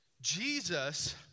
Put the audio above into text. Jesus